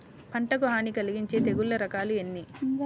పంటకు హాని కలిగించే తెగుళ్ల రకాలు ఎన్ని?